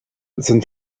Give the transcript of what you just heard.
sind